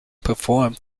performed